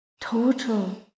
total